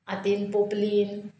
हातीन पोपलीन